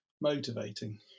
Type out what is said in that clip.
motivating